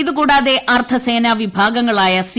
ഇതുകൂടാതെ അർദ്ധസേന വിഭാഗങ്ങളായ സി